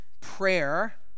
prayer